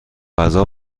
غذا